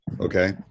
okay